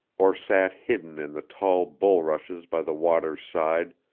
or sat hidden in the tall bulrushes by the water's side,